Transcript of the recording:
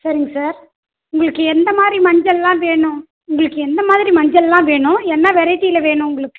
சரிங்க சார் உங்களுக்கு எந்தமாதிரி மஞ்சள்லாம் வேணும் உங்களுக்கு எந்தமாதிரி மஞ்சள்லாம் வேணும் என்ன வெரைட்டியில் வேணும் உங்களுக்கு